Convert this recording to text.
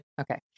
Okay